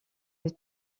est